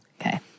Okay